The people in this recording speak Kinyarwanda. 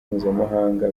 mpuzamahanga